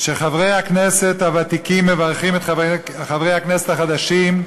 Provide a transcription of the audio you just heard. שחברי הכנסת הוותיקים מברכים את חברי הכנסת החדשים,